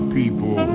people